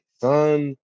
son